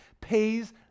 pays